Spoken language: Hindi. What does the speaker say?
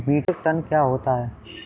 मीट्रिक टन क्या होता है?